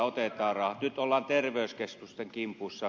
nyt ollaan terveyskeskusten kimpussa